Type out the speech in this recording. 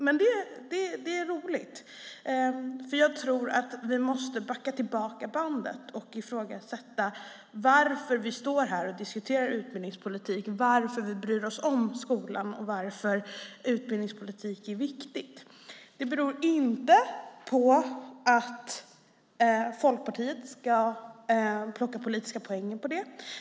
Men det är roligt, för jag tror att vi måste backa bandet och ifrågasätta varför vi står här och diskuterar utbildningspolitik, varför vi bryr oss om skolan och varför utbildningspolitik är viktigt. Det beror inte på att Folkpartiet ska plocka politiska poäng på det.